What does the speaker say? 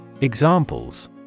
Examples